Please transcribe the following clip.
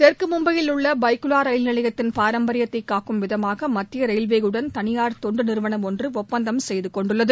தெற்கு மும்பையில் உள்ள பைகுவா ரயில் நிலையத்தின் பாரம்பரியத்தை காக்கும் விதமாக மத்திய ரயில்வேயுடன் தனியார் தொண்டு நிறுவனம் ஒன்று ஒப்பந்தம் செய்துகொண்டுள்ளது